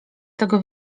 tego